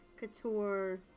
couture